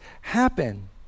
happen